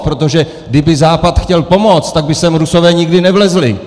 Protože kdyby Západ chtěl pomoct, tak by sem Rusové nikdy nevlezli!